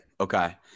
Okay